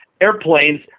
airplanes